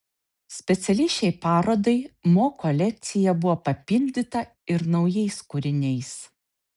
specialiai šiai parodai mo kolekcija buvo papildyta ir naujais kūriniais